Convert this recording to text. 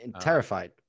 Terrified